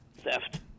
theft